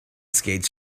skates